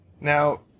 now